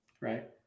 right